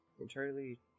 entirely